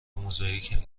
موزاییک